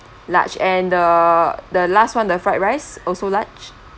large and the the last one the fried rice also large